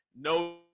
no